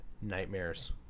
nightmares